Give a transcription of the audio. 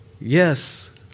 yes